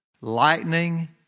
lightning